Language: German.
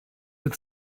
mit